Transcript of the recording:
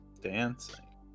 dancing